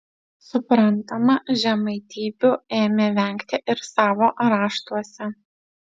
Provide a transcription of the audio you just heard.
suprantama žemaitybių ėmė vengti ir savo raštuose